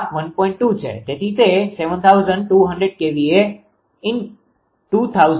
2 છે તેથી તે 7200 kVA 2000 × 3 × 1